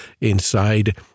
inside